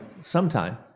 sometime